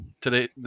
Today